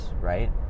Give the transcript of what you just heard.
right